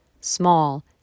small